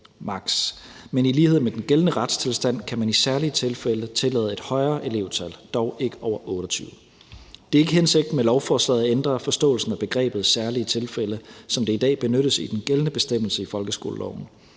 Men i lighed med den gældende retstilstand kan man i særlige tilfælde tillade et højere elevtal, dog ikke over 28. Det er ikke hensigten med lovforslaget at ændre forståelsen af begrebet særlige tilfælde, som det i dag benyttes i den gældende bestemmelse i folkeskoleloven.